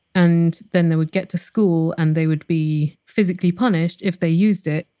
and then they would get to school, and they would be physically punished if they used it.